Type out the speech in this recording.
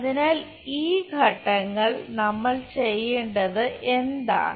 അതിനാൽ ഈ ഘട്ടങ്ങൾ നമ്മൾ ചെയ്യേണ്ടത് എന്താണ്